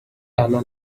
anna